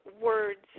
words